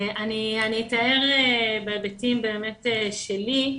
אני אתאר בהיבטים שלי,